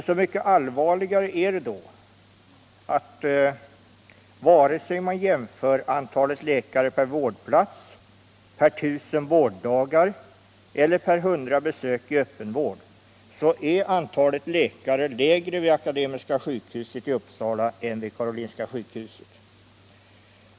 Så mycket allvarligare är det då att vare sig man jämför antalet läkare per vårdplats, per tusen vårddagar eller per hundra besök i öppenvård finner man att antalet läkare är lägre vid akademiska sjukhuset i Uppsala än vid Karolinska sjukhuset.